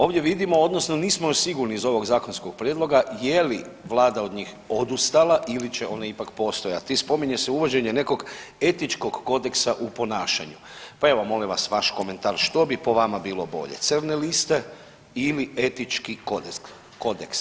Ovdje vidimo odnosno nismo još sigurni iz ovog zakonskog prijedloga je li Vlada od njih odustala ili će one ipak postojati i spominje se uvođenje nekog etičkog kodeksa u ponašanju, pa evo molim vas vaš komentar što bi po vama bilo bolje crne liste ili etički kodeks?